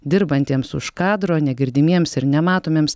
dirbantiems už kadro negirdimiems ir nematomiems